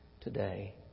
today